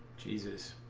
cheeses